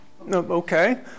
Okay